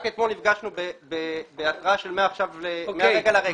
רק אתמול נפגשנו בהתרעה של מרגע לרגע.